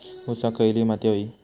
ऊसाक खयली माती व्हयी?